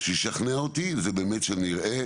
שישכנע אותי, זה באמת שנראה